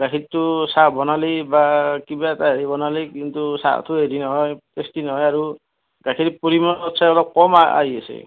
গাখীৰটো চাহ বনালেই বা কিবা এটা হেৰি বনালেই কিন্তু চাহটো হেৰি নহয় টেষ্টি নহয় আৰু গাখীৰ পৰিমাণতচে কম আ আহি আছে